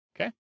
Okay